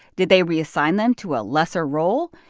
did they reassign them to a lesser role?